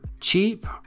cheap